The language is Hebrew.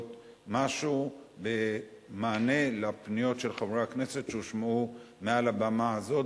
משהו במענה לפניות של חברי הכנסת שהושמעו מעל הבמה הזאת